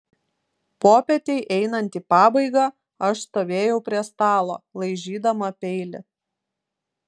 popietei einant į pabaigą aš stovėjau prie stalo laižydama peilį